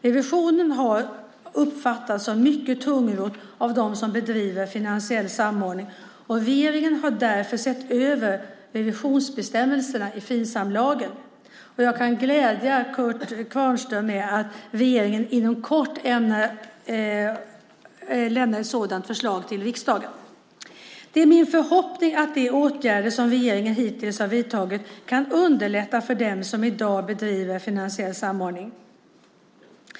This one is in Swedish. Revisionen har uppfattats som mycket tungrodd av dem som bedriver finansiell samordning, och regeringen har därför sett över revisionsbestämmelserna i Finsamlagen. Jag kan glädja Kurt Kvarnström med att regeringen inom kort avser att lämna ett sådant förslag till riksdagen. Det är min förhoppning att de åtgärder som regeringen hittills har vidtagit kan underlätta för dem som i dag bedriver finansiell samordning.